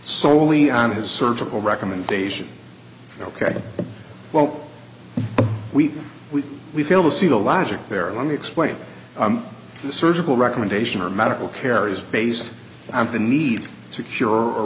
solely on his surgical recommendation ok well we we we fail to see the logic there and let me explain the surgical recommendation our medical care is based on thin need to cure or